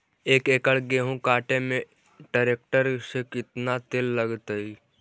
एक एकड़ गेहूं काटे में टरेकटर से केतना तेल लगतइ?